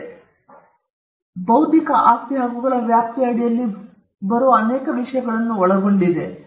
ಇದು ಬೌದ್ಧಿಕ ಆಸ್ತಿ ಹಕ್ಕುಗಳ ವ್ಯಾಪ್ತಿಯ ಅಡಿಯಲ್ಲಿ ಅನೇಕ ವಿಷಯಗಳನ್ನು ಒಳಗೊಂಡಿದೆ